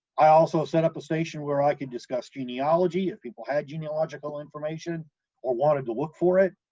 i also set up a station where i could discuss genealogy, if people had genealogical information or wanted to look for it,